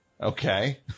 okay